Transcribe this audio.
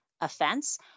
offense